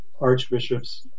archbishops